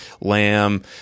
Lamb